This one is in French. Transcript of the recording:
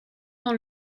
dans